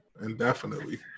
indefinitely